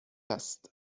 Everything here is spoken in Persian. است